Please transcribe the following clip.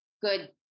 good